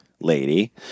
lady